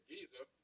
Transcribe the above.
Giza